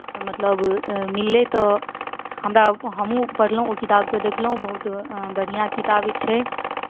मतलब मिललै तऽ हमरा हमहूँ पढ़लहुँ ओ किताबकेँ देखलहुँ बहुत बढ़िआँ किताब छै